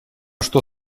что